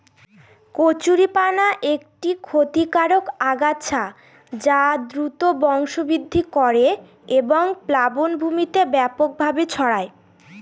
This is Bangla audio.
কচুরিপানা একটি ক্ষতিকারক আগাছা যা দ্রুত বংশবৃদ্ধি করে এবং প্লাবনভূমিতে ব্যাপকভাবে ছড়ায়